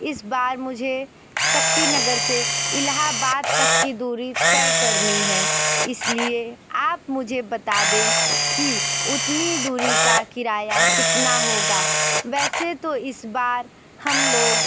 इस बार मुझे शक्तिनगर से इलाहबाद तक की दूरी तय करनी है इसलिए आप मुझे बता दें कि उतनी दूरी का किराया कितना होगा वैसे तो इस बार हम लोग